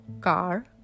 car